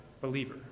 believer